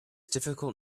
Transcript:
difficult